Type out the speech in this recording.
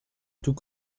tous